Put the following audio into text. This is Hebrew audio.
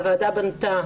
הוועדה בנתה,